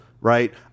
right